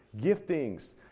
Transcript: giftings